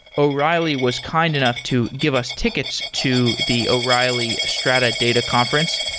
o'reilly was kind enough to give us tickets to the o'reilly strata data conference,